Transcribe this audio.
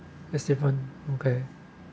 that's different okay